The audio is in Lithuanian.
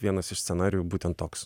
vienas iš scenarijų būtent toks